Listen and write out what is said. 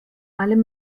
allem